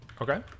Okay